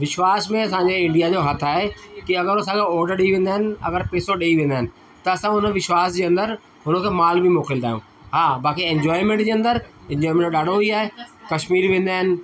विश्वासु में असांजे इंडिया जो हथ आहे की अगरि हो असांखे ऑर्डर ॾई वेंदा आहिनि अगरि पैसो ॾेई वेंदा आहिनि त असां हुन विश्वासु जे अंदरि हुनखे माल बि मोकिलींदा आहियूं हा बाक़ी इंजॉयमेंट जे अंदरि इंजॉयमेंट ॾाढो ई आहे कशमीर वेंदा आहिनि